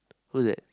who is it